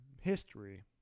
history